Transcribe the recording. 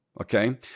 okay